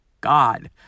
God